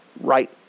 right